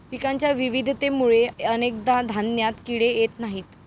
पिकांच्या विविधतेमुळे अनेकदा धान्यात किडे येत नाहीत